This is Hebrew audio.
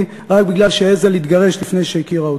רק בגלל שהעזה להתגרש לפני שהכירה אותי.